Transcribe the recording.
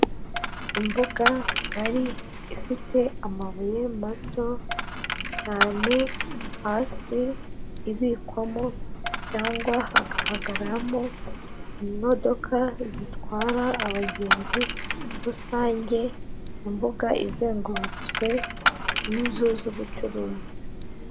Imbuga ngari ifite amabuye mato cyane, hasi ibikwamo cyangwa hagahagaramo imodoka zitwara abagenzi rusange, imbuga izengurutswe n'inzu z'ubucuruzi.